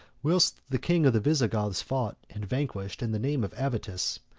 whilst the king of the visigoths fought and vanquished in the name of avitus,